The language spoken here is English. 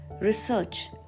research